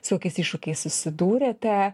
su kokiais iššūkiais susidūrėte